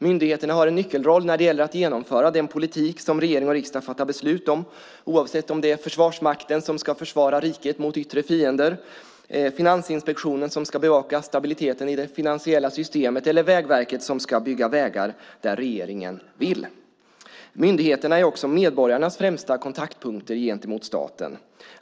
Myndigheterna har en nyckelroll när det gäller att genomföra den politik som regering och riksdag fattar beslut om oavsett om det är Försvarsmakten som ska försvara riket mot yttre fiender, Finansinspektionen som ska bevaka stabiliteten i det finansiella systemet eller Vägverket som ska bygga vägar där regeringen vill. Myndigheterna är också medborgarnas främsta kontaktpunkter gentemot staten.